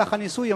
במהלך הניסוי,